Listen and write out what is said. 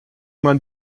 man